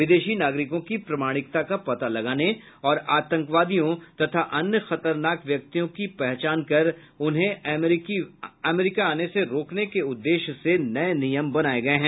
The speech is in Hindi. विदेशी नागरिकों की प्रमाणिकता का पता लगाने और आतंकवादियों तथा अन्य खतरनाक व्यक्तियों की पहचान कर उन्हें अमरीका आने से रोकने के उद्देश्य से नये नियम बनाए गये हैं